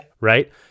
right